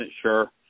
sure